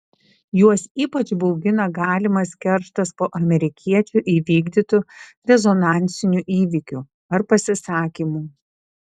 juos ypač baugina galimas kerštas po amerikiečių įvykdytų rezonansinių įvykių ar pasisakymų